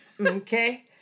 Okay